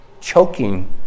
choking